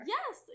Yes